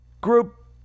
Group